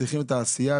צריכים את העשייה.